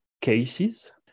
cases